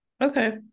Okay